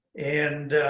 and